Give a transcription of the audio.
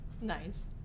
Nice